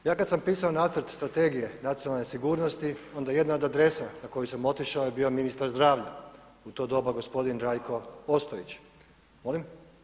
Ja kada sam pisao Nacrt strategije nacionalne sigurnosti onda jedna od adresa na koju sam otišao je bio ministar zdravlja, u to doba gospodin Rajko Ostojić. … [[Upadica se ne čuje.]] Molim?